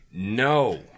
No